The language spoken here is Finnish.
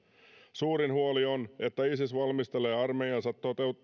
suurin huoli on että isis valmistelee armeijansa